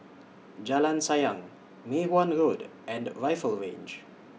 Jalan Sayang Mei Hwan Road and Rifle Range